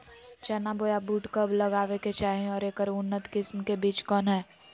चना बोया बुट कब लगावे के चाही और ऐकर उन्नत किस्म के बिज कौन है?